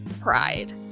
pride